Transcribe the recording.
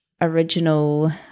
original